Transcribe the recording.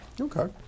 Okay